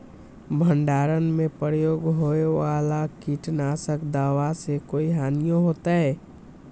भंडारण में प्रयोग होए वाला किट नाशक दवा से कोई हानियों होतै?